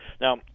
Now